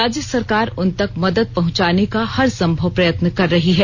राज्य सरकार उनतक मदद पहुंचाने का हर सम्भव प्रयत्न कर रही है